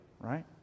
right